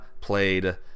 played